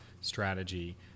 strategy